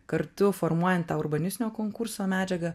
kartu formuojant tą urbanistinio konkurso medžiagą